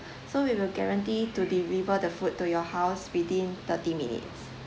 so we will guarantee to deliver the food to your house within thirty minutes